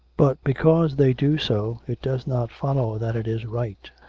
but because they do so it does not follow that it is right.